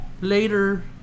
Later